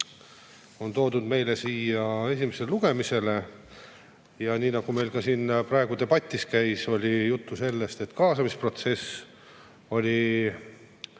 on toodud meile siia esimesele lugemisele. Ja nii nagu meil ka siin praegu debatis kõlas, on olnud juttu, et kaasamisprotsess oli